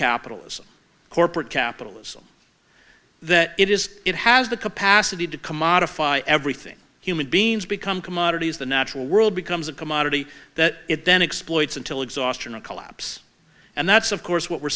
capitalism corporate capitalism that it is it has the capacity to commodify everything human beings become commodities the natural world becomes a commodity that it then exploited until exhaustion or collapse and that's of course what we're